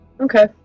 Okay